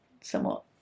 somewhat